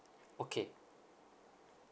okay